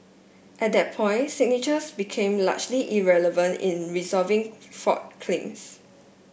at that point signatures became largely irrelevant in resolving fraud claims